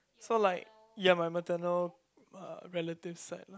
so like ya my maternal ah relative side lah